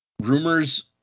rumors